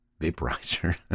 vaporizer